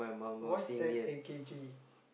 what's there at K_G